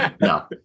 no